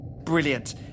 Brilliant